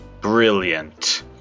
Brilliant